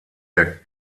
der